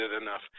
enough